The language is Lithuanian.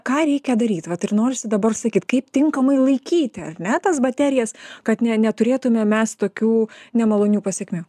ką reikia daryt vat ir norisi dabar sakyt kaip tinkamai laikyti ar ne tas baterijas kad ne neturėtume mes tokių nemalonių pasekmių